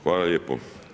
Hvala lijepo.